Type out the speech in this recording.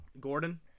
Gordon